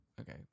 Okay